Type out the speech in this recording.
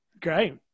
Great